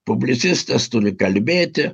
publicistas turi kalbėti